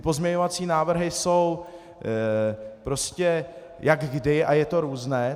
Pozměňovací návrhy jsou prostě jak kdy a je to různé.